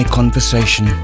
Conversation